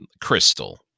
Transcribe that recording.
crystal